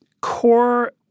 core